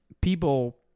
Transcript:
people